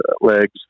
legs